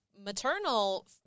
maternal